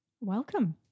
Welcome